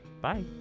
Bye